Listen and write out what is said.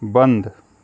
बंद